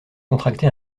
contracté